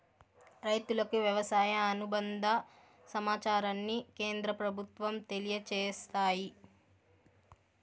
రైతులకు వ్యవసాయ అనుబంద సమాచారాన్ని కేంద్ర ప్రభుత్వం తెలియచేస్తాది